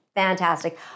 Fantastic